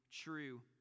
true